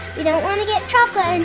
you don't want to get chocolate on